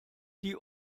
die